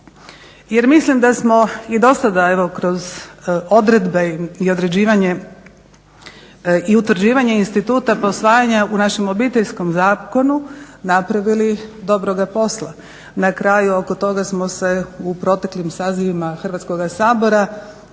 Jer mislim da smo i do sada kroz odredbe i određivanje i utvrđivanje instituta posvajanja u našem Obiteljskom zakonu napravili dobroga posla. Na kraju oko toga smo se u proteklim sazivima Hrvatskoga sabora